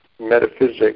metaphysics